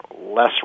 less